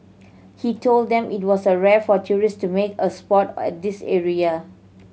he told them it was a rare for tourists to make a spot at this area